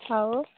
ଆଉ